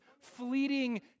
fleeting